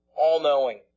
All-knowing